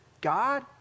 God